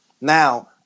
Now